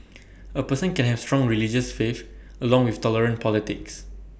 A person can have strong religious faith along with tolerant politics